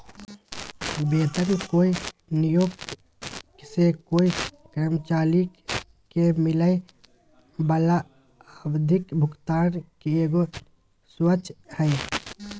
वेतन कोय नियोक्त से कोय कर्मचारी के मिलय वला आवधिक भुगतान के एगो स्वरूप हइ